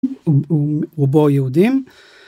רובו יהודים.